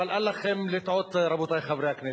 אבל אל לכם לטעות, רבותי חברי הכנסת,